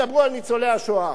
וידברו על ניצולי השואה.